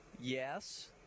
Yes